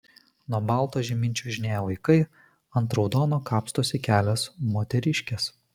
nuo balto žemyn čiuožinėja vaikai ant raudono kapstosi kelios moteriškės